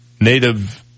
Native